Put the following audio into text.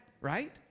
right